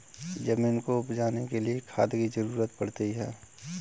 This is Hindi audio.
ज़मीन को उपजाने के लिए खाद की ज़रूरत पड़ती है